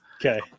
Okay